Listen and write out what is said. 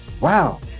wow